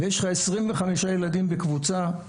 ויש לך עשרים וחמישה ילדים בקבוצה.